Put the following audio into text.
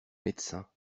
médecins